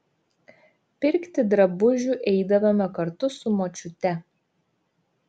pirkti drabužių eidavome kartu su močiute